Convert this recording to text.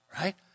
right